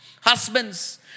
Husbands